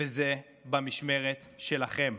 וזה במשמרת שלכם.